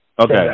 Okay